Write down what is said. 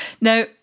Now